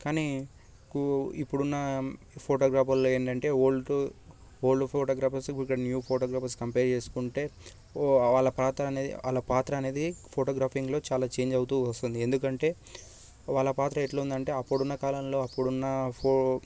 కానీ కూ ఇప్పుడున్న ఫోటోగ్రాఫర్లో ఏంటంటే ఓల్డ్ ఓల్డ్ ఫోటోగ్రాఫర్స్కి ఇప్పుడు న్యూ ఫోటోగ్రాఫర్స్కి కంప్యార్ చేసుకుంటే వాళ్ళ పాత అనేది వాళ్ళ పాత్ర అనేది ఫోటోగ్రాఫింగ్లో చాలా చేంజ్ అవుతూ వస్తుంది ఎందుకంటే వాళ్ళ పాత్ర ఎట్లుందంటే అప్పుడున్న కాలంలో అప్పుడున్న ఫో